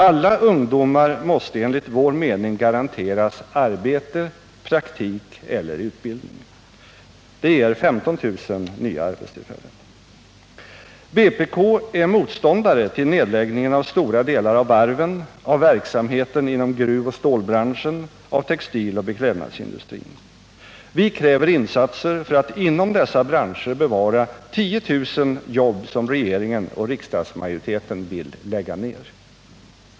Alla ungdomar måste enligt vår mening garanteras arbete, praktik eller utbildning. Det ger 15 000 nya arbetstillfällen. Vpk är motståndare till nedläggningen av stora delar av varven, av verksamheten inom gruvoch stålbranschen, av textiloch beklädnadsindustrin. Vi kräver insatser för att inom dessa branscher bevara 10 000 jobb, som regeringen och riksdagsmajoriteten vill lägga ner.